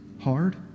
hard